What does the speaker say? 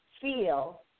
feel